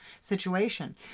situation